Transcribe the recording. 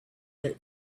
that